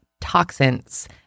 toxins